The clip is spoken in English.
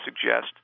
suggest